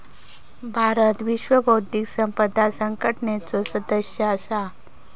भारत विश्व बौध्दिक संपदा संघटनेचो सदस्य असा